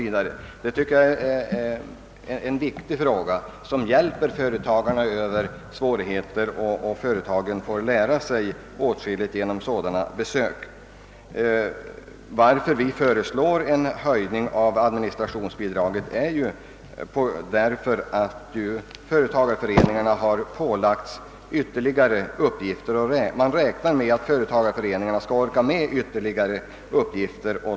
Jag tycker att dessa skyldigheter är väsentliga och det förhållandet att det finns ökade resurser hjälper företagarna över svårigheter. Företagarna kan också lära sig åtskilligt genom sådana besök. Vi föreslår en höjning av administrationsbidraget därför att företagareföreningarna har ålagts ytterligare uppgifter. Man räknar med att företagareföreningarna skall orka med ytterligare uppgifter.